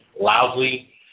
loudly